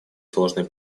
сложной